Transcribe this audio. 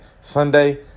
Sunday